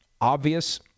obvious